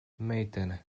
meitene